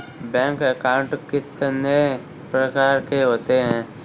Bank account कितने प्रकार के होते हैं?